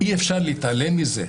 אי-אפשר להתעלם ממנה.